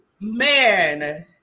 Man